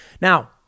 Now